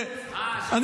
למה לא הפסקתם את זה?